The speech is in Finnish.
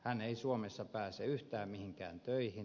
hän ei suomessa pääse yhtään mihinkään töihin